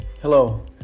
hello